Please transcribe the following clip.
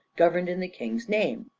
governed in the king's name.